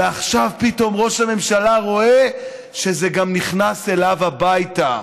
ועכשיו פתאום ראש הממשלה רואה שזה גם נכנס אליו הביתה.